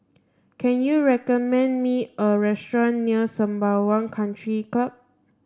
can you recommend me a restaurant near Sembawang Country Club